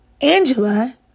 Angela